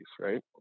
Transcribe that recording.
right